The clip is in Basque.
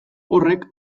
horrek